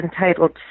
entitled